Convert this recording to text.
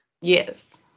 Yes